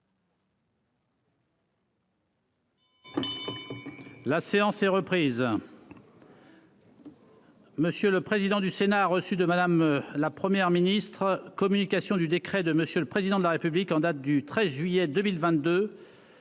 La séance est reprise. Monsieur le président du Sénat a reçu de Madame la première ministre communication du décret de monsieur le président de la République, en date du 13 juillet 2022